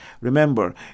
Remember